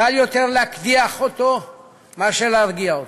קל יותר להקדיח אותו מאשר להרגיע אותו.